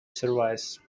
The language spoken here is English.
service